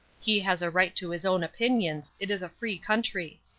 he has a right to his own opinions. it is a free country.